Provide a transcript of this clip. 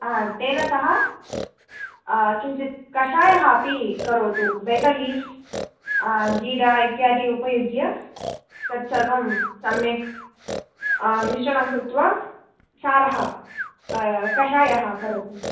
हा तेन सह किञ्चित् कषायः अपि करोतु बेटल् लीव्स् जीरा इत्यादि उपयुज्य तत्सर्वं सम्यक् मिश्रणं कृत्वा सारः कषायः करोतु